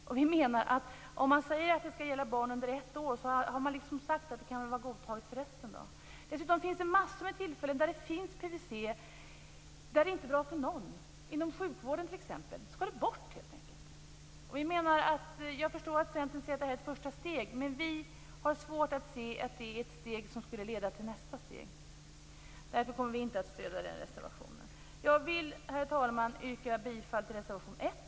Om man säger att ett förbud skall gälla barn under ett år har man sagt att det kan godtas för resten. Dessutom används PVC vid massor av tillfällen där det inte är bra för någon, t.ex. inom sjukvården. Det skall helt enkelt bort. Jag förstår att Centern säger att det är ett första steg, men vi har svårt att se att det är ett steg som skulle leda till nästa steg. Därför stöder vi inte den reservationen. Herr talman! Jag vill yrka bifall till reservation 1.